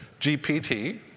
GPT